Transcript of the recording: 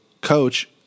coach